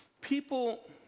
people